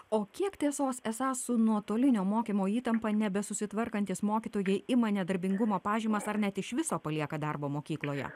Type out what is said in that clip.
o kiek tiesos esą su nuotolinio mokymo įtampa nebesusitvarkantys mokytojai ima nedarbingumo pažymas ar net iš viso palieka darbą mokykloje